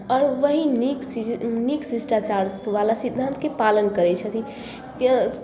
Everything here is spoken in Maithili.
आओर वही नीक चीज नीक शिष्टाचार बाला सिद्धान्तके पालन करै छथिन किए